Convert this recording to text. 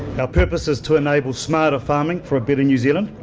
our purpose is to enable smarter farming for a better new zealand.